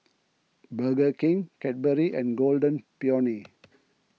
Burger King Cadbury and Golden Peony